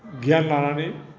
गियान लानानै